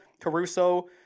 Caruso